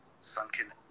sunken